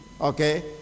okay